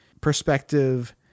perspective